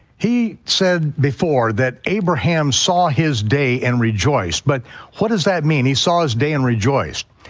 he said before that abraham saw his day and rejoiced, but what does that mean, he saw his day and rejoiced?